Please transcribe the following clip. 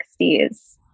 60s